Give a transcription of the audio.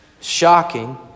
Shocking